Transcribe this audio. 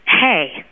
hey